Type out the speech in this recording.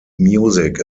music